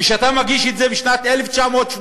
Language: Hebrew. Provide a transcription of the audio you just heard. כשאתה מגיש את זה בשנת 1980,